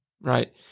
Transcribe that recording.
right